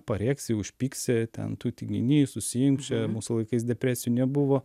parėksi užpyksi ten tu tinginys susiimk čia mūsų laikais depresijų nebuvo